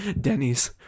denny's